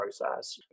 process